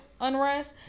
unrest